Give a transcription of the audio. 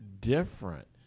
different